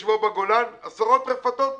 השבוע בגולן, עשרות רפתות נסגרו.